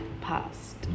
past